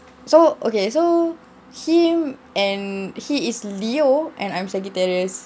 so okay so him and he is leo and I'm saggitarius